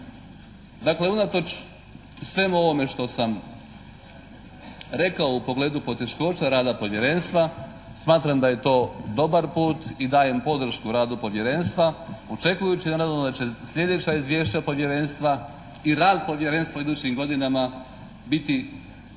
Dakle unatoč svemu onome što sam rekao u pogledu poteškoća rada Povjerenstva smatram da je to dobar put i dajem podršku radu Povjerenstva, očekujući naravno da će sljedeća izvješća Povjerenstva i rad Povjerenstva u idućim godinama biti